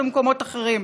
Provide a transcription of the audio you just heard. במקומות אחרים,